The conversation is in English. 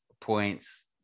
points